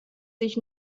sich